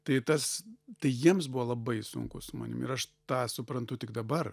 tai tas tai jiems buvo labai sunku su manim ir aš tą suprantu tik dabar